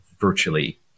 virtually